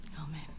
Amen